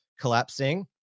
collapsing